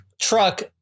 truck